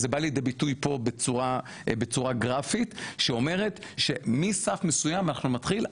אז זה בא לידי ביטי בצורה גרפית שאומרת שמסך מסוים אנחנו נתחיל,